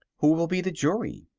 who will be the jury?